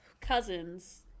Cousin's